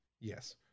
Yes